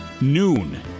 noon